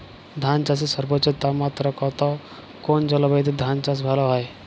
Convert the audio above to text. ধান চাষে সর্বোচ্চ তাপমাত্রা কত কোন জলবায়ুতে ধান চাষ ভালো হয়?